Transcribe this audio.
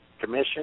commission